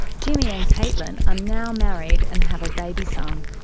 jimmy and caitlin are now married and have a baby son.